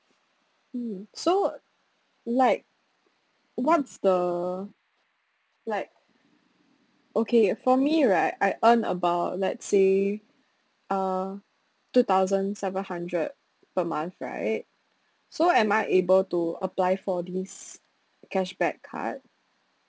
mm so like what's the like okay for me right I earn about let's say uh two thousand seven hundred per month right so am I able to apply for these cashback card